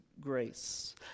grace